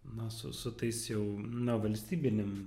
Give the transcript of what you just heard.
na su su tais jau na valstybinėm